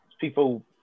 people